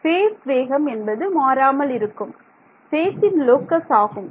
face வேகம் என்பது மாறாமல் இருக்கும் ஃபேசின் லோகஸ் ஆகும்